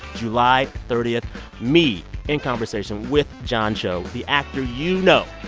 july thirty, me in conversation with john cho, the actor you know.